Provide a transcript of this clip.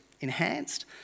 enhanced